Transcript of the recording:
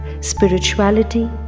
Spirituality